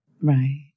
Right